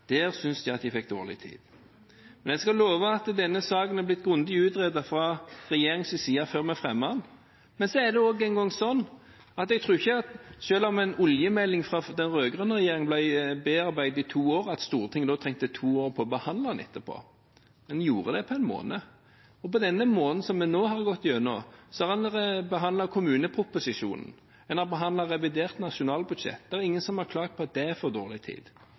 der de ikke liker konklusjonene, synes de at de fikk dårlig tid. Jeg skal love at denne saken er blitt grundig utredet fra regjeringens side før vi fremmet den, men det er nå en gang sånn at selv om en oljemelding fra den rød-grønne regjeringen ble bearbeidet i to år, trengte ikke Stortinget to år på å behandle den etterpå. En gjorde det på en måned. I løpet av den måneden vi nå har vært igjennom, har en behandlet kommuneproposisjonen og revidert nasjonalbudsjett. Det er ingen som har klaget på at det er for dårlig tid,